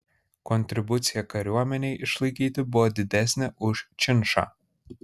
kontribucija kariuomenei išlaikyti buvo didesnė už činšą